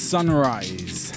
Sunrise